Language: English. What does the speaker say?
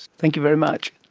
thank you very much.